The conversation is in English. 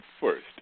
first